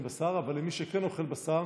בשר אבל לשכנע את מי שכן אוכל בשר